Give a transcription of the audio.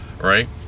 right